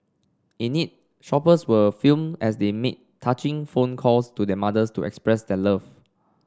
in it shoppers were filmed as they made touching phone calls to their mothers to express their love